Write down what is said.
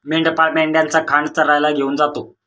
मेंढपाळ मेंढ्यांचा खांड चरायला घेऊन जातो